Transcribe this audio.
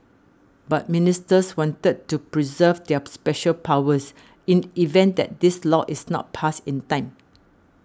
but ministers wanted to preserve their special powers in event that this law is not passed in time